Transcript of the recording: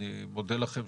אני מודה לכם,